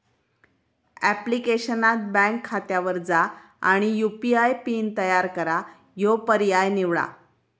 ऍप्लिकेशनात बँक खात्यावर जा आणि यू.पी.आय पिन तयार करा ह्यो पर्याय निवडा